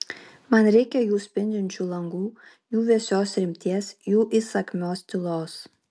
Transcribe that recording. man reikia jų spindinčių langų jų vėsios rimties jų įsakmios tylos